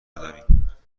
داریم